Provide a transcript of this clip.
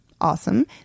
Awesome